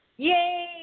Yay